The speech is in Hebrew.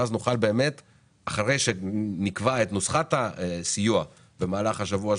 אחרי שנקבע את נוסחת הסיוע במהלך השבוע,